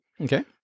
Okay